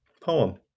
poem